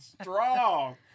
strong